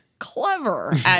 Clever